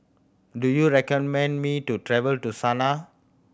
do you recommend me to travel to Sanaa